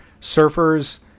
surfers